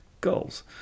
goals